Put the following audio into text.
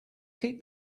keep